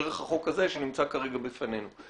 דרך החוק הזה שנמצא כרגע בפנינו.